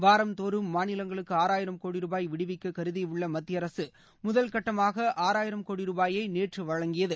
வாரந்தோறும் மாநிலங்களுக்கு ஆறாயிரம் கோடி ரூபாய் விடுவிக்க கருதி உள்ள மத்திய அரசு முதல்கட்டமாக ஆறாயிரம் கோடி ரூபாயை நேற்று வழங்கியது